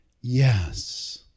yes